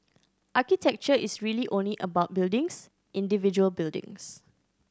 architecture is really only about buildings individual buildings